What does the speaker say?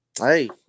Hey